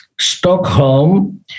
Stockholm